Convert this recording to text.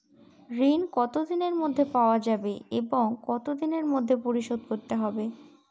ঋণ কতদিনের মধ্যে পাওয়া যাবে এবং কত দিনের মধ্যে পরিশোধ করতে হবে?